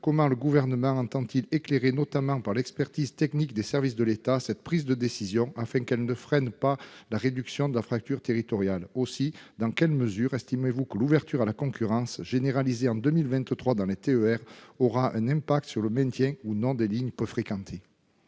comment le Gouvernement entend-il éclairer, notamment par l'expertise technique des services de l'État, cette prise de décision, afin qu'elle ne freine pas la réduction de la fracture territoriale ? Aussi, dans quelle mesure estimez-vous que l'ouverture à la concurrence généralisée en 2023 dans les TER aura un impact sur le maintien ou non des lignes peu fréquentées ?